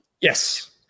Yes